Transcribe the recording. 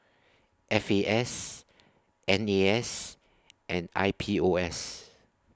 F A S N A S and I P O S